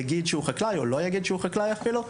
יגיד שהוא חקלאי או לא יגיד שהוא חקלאי אפילו,